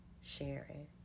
sharing